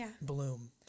bloom